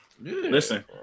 Listen